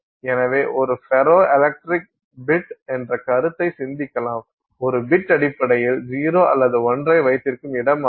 எனவே ஒரு ferroelectric bit என்ற கருத்தை சிந்திக்கலாம் ஒரு பிட் அடிப்படையில் 0 அல்லது 1 ஐ வைத்திருக்கும் இடமாகும்